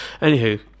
Anywho